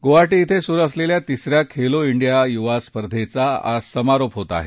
गुवाहाटी िं सुरू असलेल्या तिसऱ्या खेलो डिया युवा स्पर्धेचा आज समारोप होत आहे